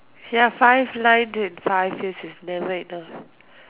ya five lines in five years is never enough